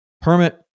permit